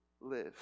live